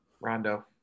Rondo